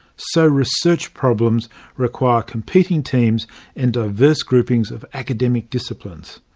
so research problems require competing teams and diverse groupings of academic disciplines.